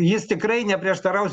jis tikrai neprieštaraus